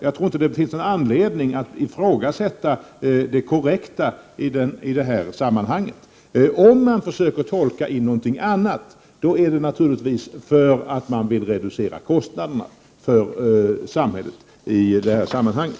Jag tror inte att det finns någon anledning att ifrågasätta det korrekta i sammanhanget. Om man försöker tolka in någonting annat, är det naturligtvis därför att man vill 33 reducera kostnaderna för samhället på det här området.